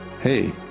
Hey